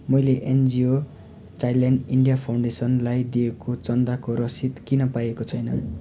मैले NGO Childline India फाउन्डेसनलाई दिएको चन्दाको रसिद किन पाएको छैन